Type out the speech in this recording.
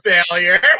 failure